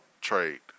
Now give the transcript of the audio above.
trade